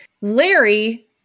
Larry